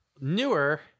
Newer